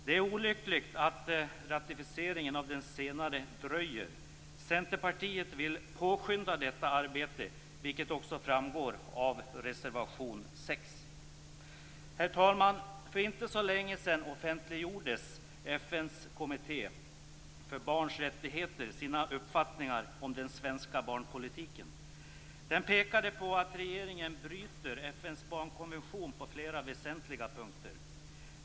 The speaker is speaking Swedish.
Det är olyckligt att ratificeringen dröjer. Centerpartiet vill påskynda detta arbete, vilket också framgår av reservation nr 6. Herr talman! För inte så länge sedan offentliggjorde FN:s kommitté för barns rättigheter sina uppfattningar om den svenska barnpolitiken. Den pekade på att regeringen bryter mot FN:s barnkonvention på flera väsentliga punkter.